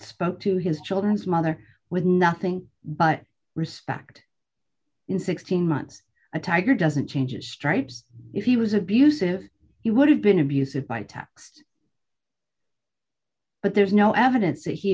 spoke to his children's mother with nothing but respect in sixteen months a tiger doesn't change his stripes if he was abusive he would have been abusive by text but there's no evidence that he